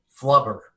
Flubber